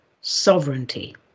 Sovereignty